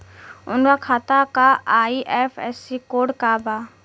उनका खाता का आई.एफ.एस.सी कोड का बा?